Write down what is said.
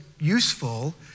useful